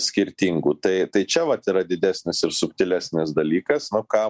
skirtingų tai tai čia vat yra didesnis ir subtilesnis dalykas na ką